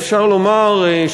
אפשר לומר,